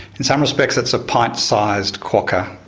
in some respects it's a pint-sized quokka,